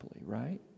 right